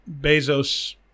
Bezos